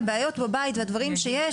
הבעיות בבית והדברים שיש,